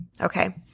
Okay